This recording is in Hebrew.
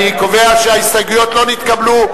אני קובע שההסתייגויות לא נתקבלו,